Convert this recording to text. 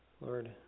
Lord